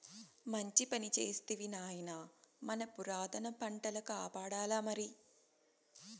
మంచి పని చేస్తివి నాయనా మన పురాతన పంటల కాపాడాల్లమరి